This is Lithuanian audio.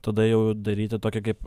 tada jau daryti tokią kaip